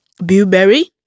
blueberry